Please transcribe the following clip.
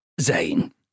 Zane